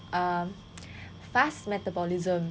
fast metabolism